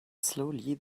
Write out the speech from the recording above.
slowly